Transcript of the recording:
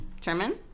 German